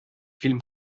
film